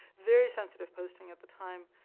very sensitive posting at the time,